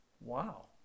Wow